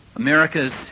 America's